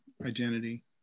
identity